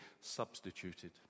substituted